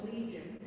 Legion